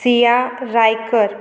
Siya Raikar